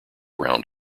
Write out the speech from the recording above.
round